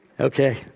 Okay